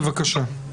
בבקשה.